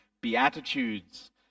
Beatitudes